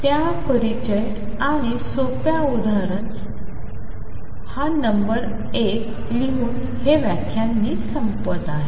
त्या परिचय आणि सोप्या उदाहरणाने मी हा नंबर 1 सांगून हे व्याख्यान संपवित आहे